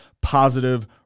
positive